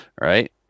right